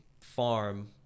farm